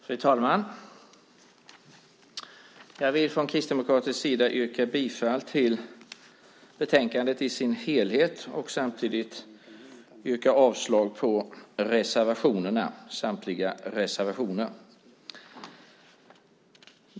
Fru talman! Jag vill från kristdemokratisk sida yrka bifall till förslaget i betänkandet i dess helhet och samtidigt yrka avslag på samtliga reservationer.